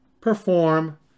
perform